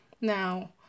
Now